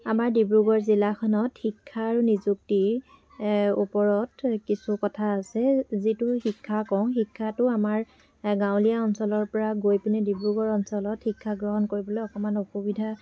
আমাৰ ডিব্ৰুগড় জিলাখনত শিক্ষা আৰু নিযুক্তি ওপৰত কিছু কথা আছে যিটো শিক্ষা কওঁ শিক্ষাটো আমাৰ গাঁৱলীয়া অঞ্চলৰ পৰা গৈ কেনে ডিব্ৰুগড় অঞ্চলত শিক্ষা গ্ৰহণ কৰিবলৈ অকণমান অসুবিধা